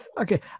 Okay